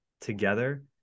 together